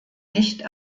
nicht